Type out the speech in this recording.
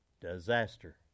Disaster